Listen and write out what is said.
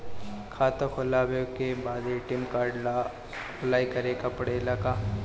खाता खोलबाबे के बाद ए.टी.एम कार्ड ला अपलाई करे के पड़ेले का?